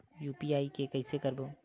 UPI के कइसे करबो?